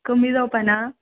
कमी जावपा ना